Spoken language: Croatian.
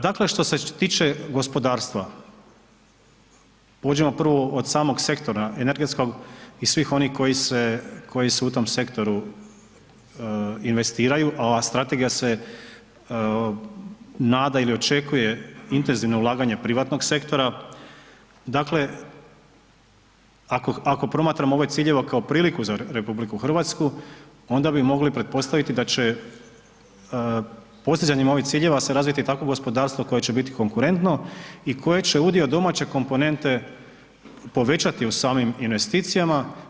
Dakle, što se tiče gospodarstva, pođimo prvo od samog sektora energetskog i svih onih koji se, koji su u tom sektoru investiraju, a strategija se nada ili očekuje intenzivna ulaganja privatnog sektora, dakle ako promatramo ove ciljeve kao priliku za RH onda bi mogli pretpostaviti da će postizanjem ovih ciljeva se razviti takvo gospodarstvo koje će biti konkurentno i koje će udio domaće komponente povećati u samim investicijama.